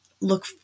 look